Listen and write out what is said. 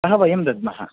सह वयं दद्मः